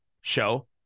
show